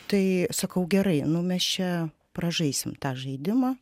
tai sakau gerai nu mes čia pražaisim tą žaidimą